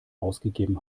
ausgegeben